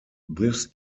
this